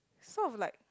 sort of like